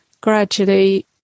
gradually